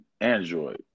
Android